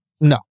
No